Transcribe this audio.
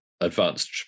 advanced